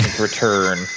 Return